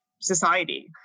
society